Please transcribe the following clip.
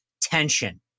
tension